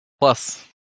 plus